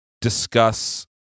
discuss